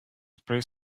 spray